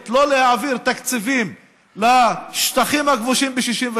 לא להעביר תקציבים לשטחים הכבושים ב-67'.